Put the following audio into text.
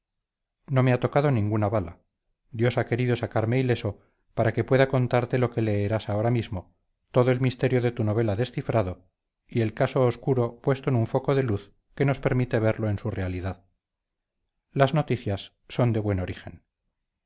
no me ha tocado ninguna bala dios ha querido sacarme ileso para que pueda contarte lo que leerás ahora mismo todo el misterio de tu novela descifrado y el caso obscuro puesto en un foco de luz que nos permite verlo en su realidad las noticias son de buen origen